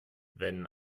wenn